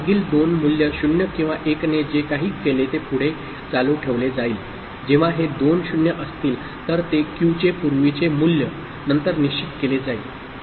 मागील दोन मूल्य 0 किंवा 1 ने जे काही केले ते पुढे चालू ठेवले जाईल जेव्हा हे दोन 0 असतील तर ते Q चे पूर्वीचे मूल्य नंतर निश्चित केले जाईल